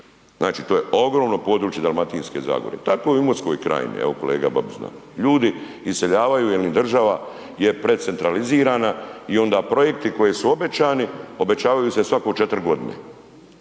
Znači, to je ogromno područje Dalmatinske zagore. Tako je u Imotskoj krajini evo kolega Babić zna. Ljudi iseljavaju jer im država je precentralizirana i onda projekti koji su obećani, obećavaju se svakih 4 godine.